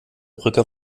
brücke